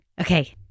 Okay